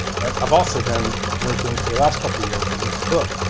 but i've also been working for the last couple of years on this book,